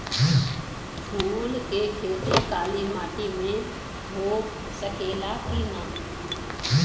फूल के खेती काली माटी में हो सकेला की ना?